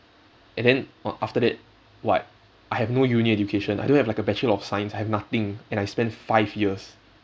and then what after that what I have no uni education I don't have like a bachelor of science I have nothing and I spend five years